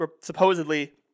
supposedly